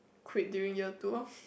quit during year two lorh